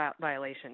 violation